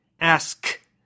Ask